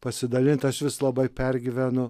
pasidalint aš vis labai pergyvenu